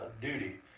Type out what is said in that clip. duty